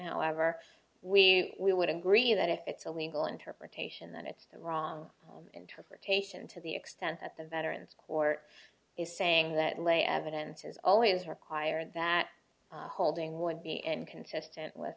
however we would agree that if it's a legal interpretation then it's the wrong interpretation to the extent that the veterans court is saying that lay evidence has always required that holding would be and consistent with